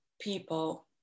people